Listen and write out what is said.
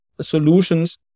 solutions